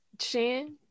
Shan